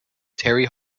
terry